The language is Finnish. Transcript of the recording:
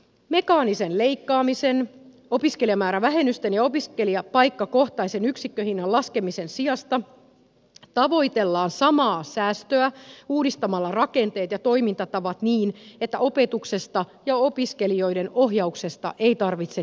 mekaanisen leikkaamisen opiskelijamäärävähennysten ja opiskelijapaikkakohtaisen yksikköhinnan laskemisen sijasta tavoitellaan samaa säästöä uudistamalla rakenteet ja toimintatavat niin että opetuksesta ja opiskelijoiden ohjauksesta ei tarvitse tinkiä